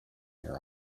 your